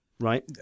right